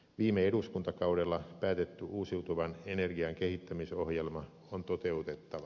viime eduskuntakaudella päätetty uusiutuvan energian kehittämisohjelma on toteutettava